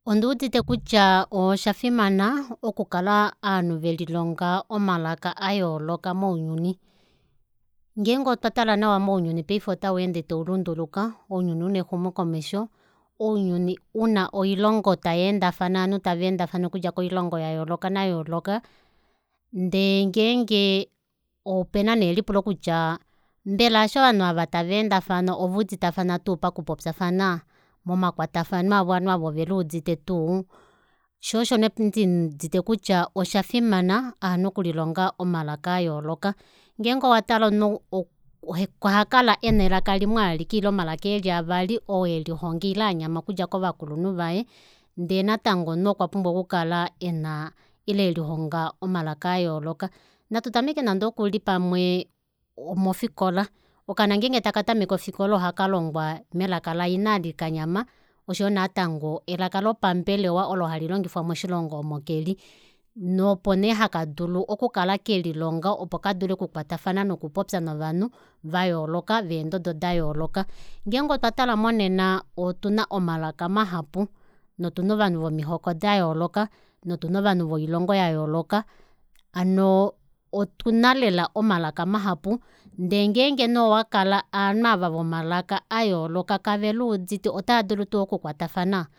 Onduudite kutya oshafimana okukala ovanhu velilonga omalaka ayooloka mounyuni ngenge otwa tale nawa ounyuni paife ota weende taulunduluka ounyuni una exumokomesho ounyuni una oilongo tayeendafana ovanhu taveendafana hano okudja koilongo yayooloka ndee ngenge opena nee elipulo kutya mbela eshi ovanhu aava tava endafana ovuudite oveuditafane tuu pakupopyafana momakwatafano avo ovanhu aava oveluudite tuu shoo osho nee nduudite kutya oshafimana ovanhu okulilonga omalaka ayooloka ngeenge owatale omunhu ohakala ena elaka limwe alike ile omalaka eli aavali oo elihonga ile anyama okudja kovakulunhu vaye ndee natango ndee natango omunhu okwa pumbwa okukala ena ele elihonga omalaka ayooloka natu tameke nande okuli pamwe omofikola okaana ngenge otakatameke ofikola ohakalongwa melaka laina eli kanyama oshoyo natango elaka lopambelewa olo hali longifwa moshilongo omo keli nopo nee hakadulu okukala kelilonga opo kadule okukwatafana nokupopya novanhu vayooloka veendodod dayooloka ngeenge otwa tala monena otuna omalaka mahapu notuna ovanhu vomihoko dayooloka notuna ovanhu voilongo yayooloka hano otuna lela omalaka mahapu ndee ngenge nee owakala ovanhu aava vomalaka ayooloka kaveluudite otaadulu tuu okukwatafana